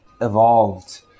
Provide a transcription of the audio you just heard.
evolved